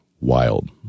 wild